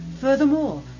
Furthermore